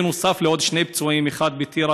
בנוסף לעוד שני פצועים: אחד בטירה,